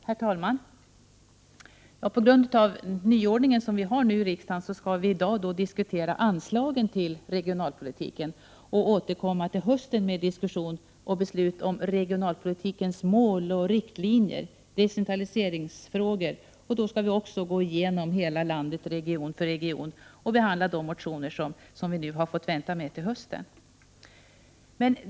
Herr talman! På grund av nyordningen i riksdagen skall vi i dag diskutera anslagen till regionalpolitiken och till hösten återkomma med diskussion och beslut om regionalpolitikens mål och riktlinjer samt om decentraliseringsfrågor, och då också gå igenom hela landet region för region och behandla de motioner som nu får vänta.